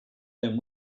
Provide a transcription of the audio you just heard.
then